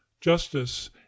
justice